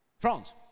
France